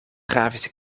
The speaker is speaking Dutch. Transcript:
grafische